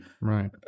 right